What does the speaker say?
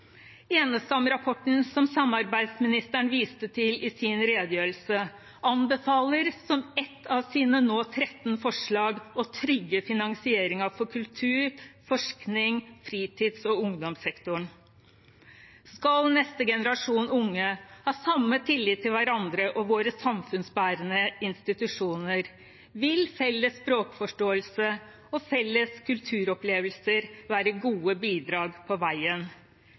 som samarbeidsministeren viste til i sin redegjørelse, anbefaler som ett av sine nå tretten forslag å trygge finansieringen for kultur, forskning og fritids- og ungdomssektoren. Skal neste generasjon unge ha samme tillit til hverandre og våre samfunnsbærende institusjoner, vil felles språkforståelse og felles kulturopplevelser være gode bidrag på veien.